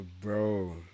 bro